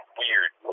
weird